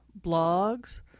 blogs